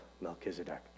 Melchizedek